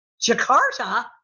Jakarta